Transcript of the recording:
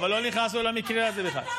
אבל לא נכנסנו למקרה הזה בכלל,